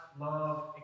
love